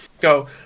go